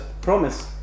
promise